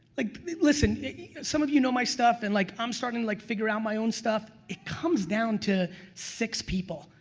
like listen some of you know my stuff and like i'm starting to like figure out my own stuff, it comes down to six people.